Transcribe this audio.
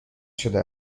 شده